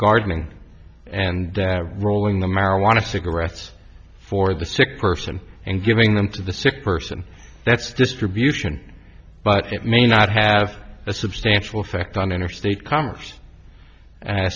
gardening and rolling the marijuana cigarettes for the sick person and giving them to the sick person that's distribution but it may not have a substantial effect on interstate commerce and